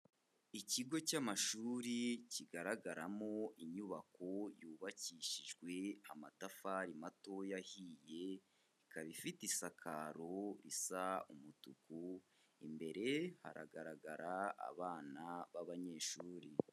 Ikigo cy'amashuri kigaragaramo inyubako yubakishijwe amatafari matoya ahiye, ikaba ifite isakaro risa umutuku imbere haragaragara abana b'abanyeshuri.